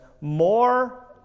more